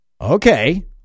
okay